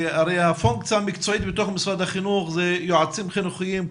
הרי הפונקציה המקצועית בתוך משרד החינוך זה יועצים חינוכיים,